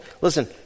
Listen